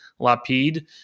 Lapid